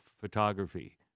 photography